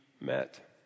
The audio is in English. met